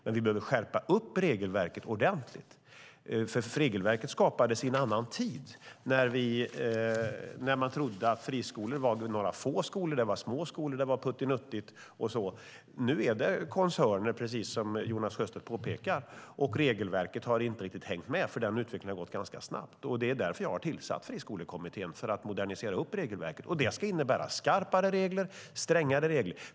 Men vi behöver skärpa regelverket ordentligt, för regelverket skapades i en annan tid när man trodde att friskolor var några få, små skolor. Nu är det koncerner, precis som Jonas Sjöstedt påpekar, och regelverket har inte riktigt hängt med. Utvecklingen har gått ganska snabbt. Jag har som sagt tillsatt en friskolekommitté för att modernisera regelverket. Det ska innebära skarpare regler, strängare regler.